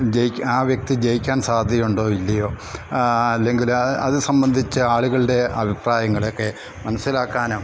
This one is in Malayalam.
ജയി ആ വ്യക്തി ജയിക്കാൻ സാധ്യത ഉണ്ടോ ഇല്ലയോ അല്ലെങ്കിലൽ അത് സംബന്ധിച്ച് ആളുകളുടെ അഭിപ്രായങ്ങൾ ഒക്കെ മനസ്സിലാക്കാനും